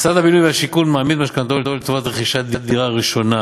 משרד הבינוי והשיכון מעמיד משכנתאות לטובת רכישת דירה ראשונה,